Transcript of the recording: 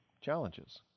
challenges